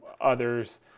others